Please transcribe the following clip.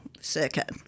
circuit